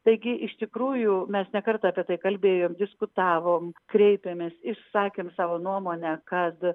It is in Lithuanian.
taigi iš tikrųjų mes ne kartą apie tai kalbėjom diskutavom kreipėmės išsakėm savo nuomonę kad